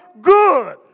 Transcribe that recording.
good